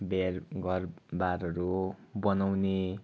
बेर घरबारहरू बनाउने